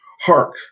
Hark